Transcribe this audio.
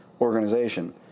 organization